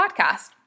podcast